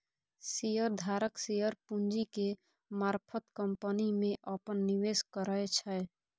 share धारक share पूंजी के मारफत कंपनी में अप्पन निवेश करै छै